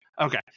Okay